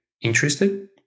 interested